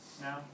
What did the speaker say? No